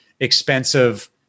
expensive